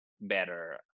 better